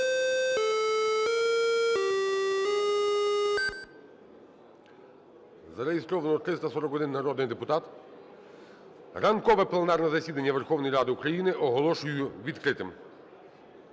Зареєстрований 341 народний депутат. Ранкове пленарне засідання Верховної Ради України оголошую відкритим.